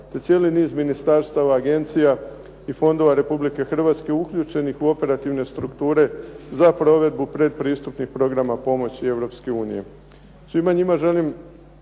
te cijeli niz ministarstava, agencija i fondova Republike Hrvatske uključenih u operativne strukture za provedbu pretpristupnih programa pomoći Europske unije. Svima njima želim